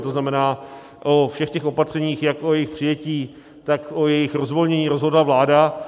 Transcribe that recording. To znamená, o všech těch opatřeních, jak o jejich přijetí, tak o jejich rozvolnění, rozhodla vláda.